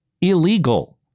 illegal